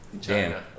China